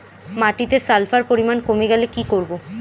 মাটিতে সালফার পরিমাণ কমে গেলে কি করব?